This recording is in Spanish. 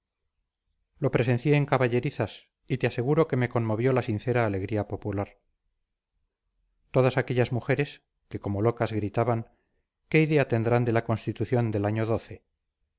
lo presencié en caballerizas y te aseguro que me conmovió la sincera alegría popular todas aquellas mujeres que como locas gritaban qué idea tendrán de la constitución del año